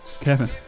Kevin